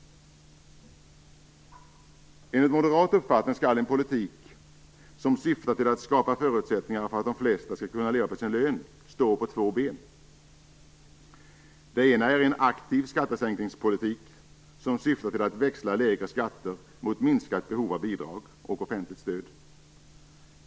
Enligt moderat uppfattning skall en politik som syftar till att skapa förutsättningar för att de flesta skall kunna leva på sin lön stå på två ben. Det ena är en aktiv skattesänkningspolitik som syftar till att växla lägre skatter mot minskat behov av bidrag och offentligt stöd.